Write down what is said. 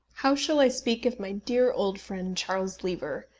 how shall i speak of my dear old friend charles lever,